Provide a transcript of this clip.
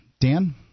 Dan